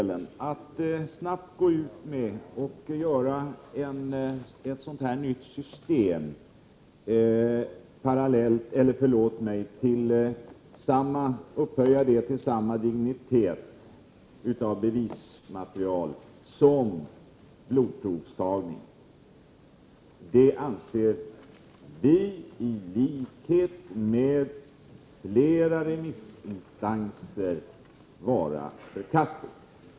Men att snabbt gå ut med och upphöja prov enligt ett nytt system till samma dignitet av bevismaterial som blodprovstagning anser vi, i likhet med flera remissinstanser, vara förkastligt.